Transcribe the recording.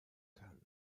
kann